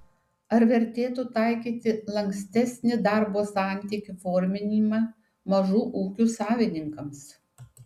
ar vertėtų taikyti lankstesnį darbo santykių forminimą mažų ūkių savininkams